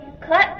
cut